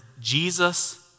Jesus